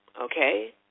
okay